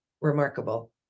Remarkable